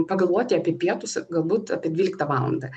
pagalvoti apie pietus galbūt apie dvyliktą valandą